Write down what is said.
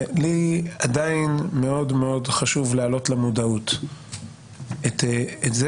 לי עדיין מאוד מאוד חשוב להעלות למודעות את זה